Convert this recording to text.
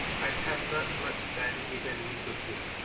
i had not much time given me to think,